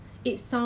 string